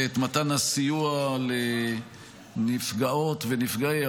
ואת מתן הסיוע לנפגעות ונפגעי,